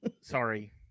Sorry